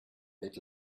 bit